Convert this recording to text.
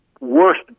worst